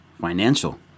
financial